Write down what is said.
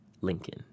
Lincoln